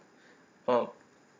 oh